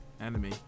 enemy